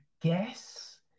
guess